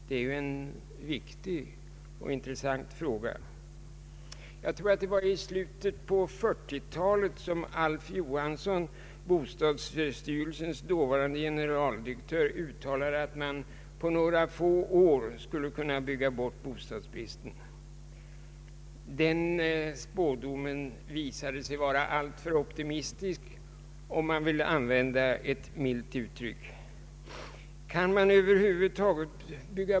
Det är en viktig och intressant fråga. Jag tror att det var i slutet av 1940-talet som Alf Johansson, bostadsstyrelsens dåvarande generaldirektör, uttalade att man på några få år skulle kunna bygga bort bostadsbristen. Den spådomen visade sig vara alltför optimistisk, om man vill använda ett milt uttryck.